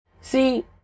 See